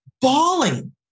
bawling